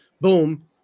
boom